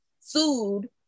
sued